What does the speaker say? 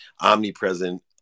omnipresent